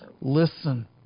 listen